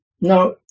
Now